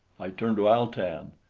i turned to al-tan.